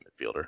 midfielder